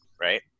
Right